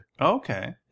Okay